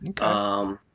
Okay